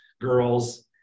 girls